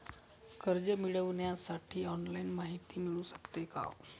कर्ज मिळविण्यासाठी ऑनलाईन माहिती मिळू शकते का?